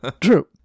true